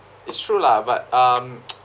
it's true lah but um